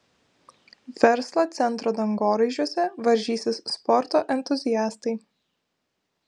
verslo centro dangoraižiuose varžysis sporto entuziastai